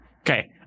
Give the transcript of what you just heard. okay